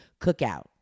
cookout